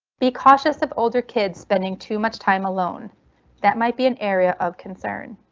be cautious of older kids spending too much time alone that might be an area of concern.